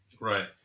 Right